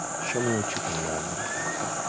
show me what you can learn from me.